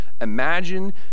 Imagine